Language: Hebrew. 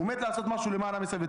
הוא מת לעשות משהו למען עם ישראל.